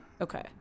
okay